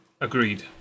Agreed